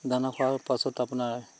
দানা খোৱাৰ পাছত আপোনাৰ